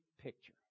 picture